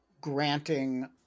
granting